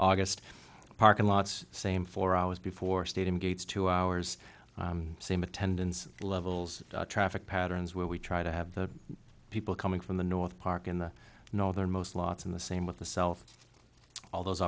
august the parking lots same four hours before stadium gates two hours same attendance levels the traffic patterns where we try to have the people coming from the north park in the northernmost lots in the same with the self all those